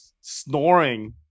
snoring